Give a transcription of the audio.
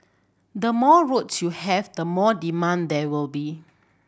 the more roads you have the more demand there will be